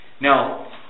Now